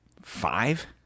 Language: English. five